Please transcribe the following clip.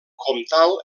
comtal